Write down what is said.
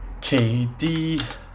kd